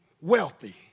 wealthy